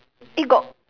eh got